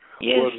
Yes